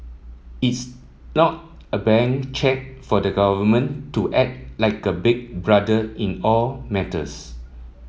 it's not a blank cheque for the government to act like a big brother in all matters